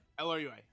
LRUI